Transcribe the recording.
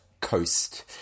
Coast